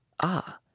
Ah